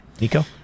Nico